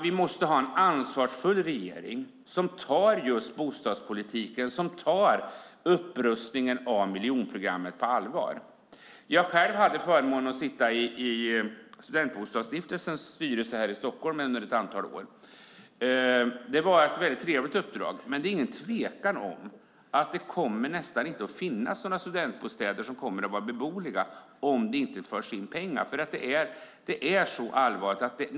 Vi måste ha en ansvarsfull regering som tar bostadspolitiken och upprustningen av miljonprogrammet på allvar. Jag hade förmånen att sitta i studentbostadsstiftelsens styrelse i Stockholm under ett antal år. Det var ett trevligt uppdrag, men det är ingen tvekan om att det knappast kommer att finnas några beboeliga studentbostäder om det inte satsas pengar på dem. Det är så pass allvarligt.